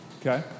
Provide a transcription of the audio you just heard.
Okay